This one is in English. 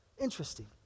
Interesting